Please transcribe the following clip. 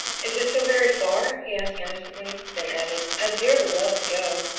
is it so very far? he asked innocently then added, i'd dearly love to go.